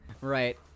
Right